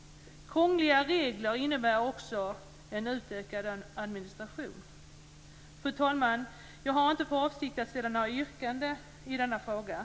Krångliga regler innebär också en utökad administration. Fru talman! Jag har inte för avsikt att ställa något yrkande i denna fråga, men naturligtvis står jag bakom Centerpartiets förslag.